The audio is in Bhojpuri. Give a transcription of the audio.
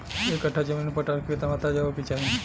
एक कट्ठा जमीन में पोटास के केतना मात्रा देवे के चाही?